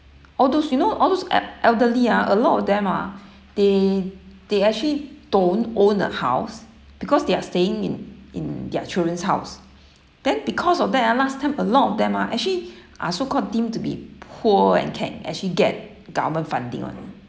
all those you know all those e~ elderly ah a lot of them ah they they actually don't own a house because they are staying in in their children's house then because of that ah last time a lot of them ah actually are so-called deemed to be poor and can actually get government funding [one]